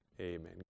amen